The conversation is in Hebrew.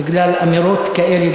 בגלל אמירות כאלה,